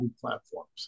platforms